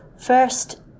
First